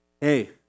hey